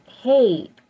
hey